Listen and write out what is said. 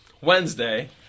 Wednesday